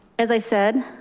as i said,